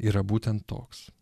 yra būtent toks